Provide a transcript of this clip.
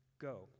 go